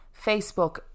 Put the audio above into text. facebook